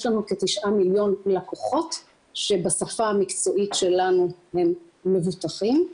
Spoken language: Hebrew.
לנו 9 מיליון לקוחות שבשפה המקצועית שלנו הם מבוטחים.